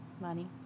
money